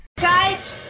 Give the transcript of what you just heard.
Guys